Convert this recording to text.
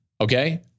okay